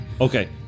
Okay